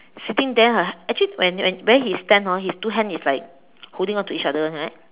sitting there ah actually when when where he stand hor his two hands is like holding onto each other [one] right